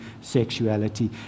sexuality